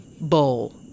bowl